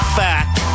fact